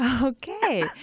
Okay